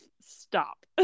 stop